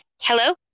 Hello